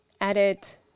edit